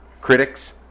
critics